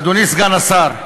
אדוני סגן השר,